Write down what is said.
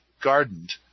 gardened